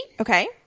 okay